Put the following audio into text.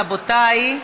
רבותי,